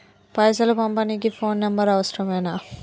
పైసలు పంపనీకి phone number అవసరమేనా?